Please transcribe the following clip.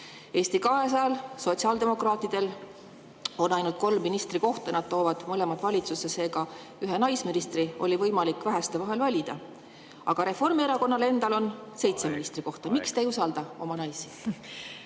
Eesti 200‑l ja sotsiaaldemokraatidel on ainult kolm ministrikohta, nad toovad mõlemad valitsusse seega ühe naisministri, oli võimalik väheste [ministrikohtade] vahel valida. Aga Reformierakonnal endal on seitse ministrikohta. Aeg! Aeg! Miks te ei usalda oma naisi?